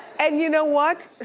and you know what,